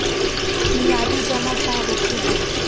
मियादी जमा का होखेला?